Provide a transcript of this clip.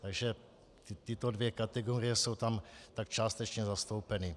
Takže tyto dvě kategorie jsou tam částečně zastoupeny.